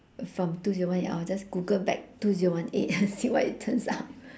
from two zero one eight I'll just google back two zero one eight and see what it turns out